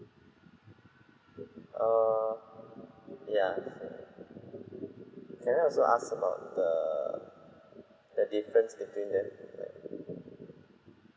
err ya can I also ask about the the difference between them ya